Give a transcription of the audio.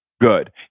Good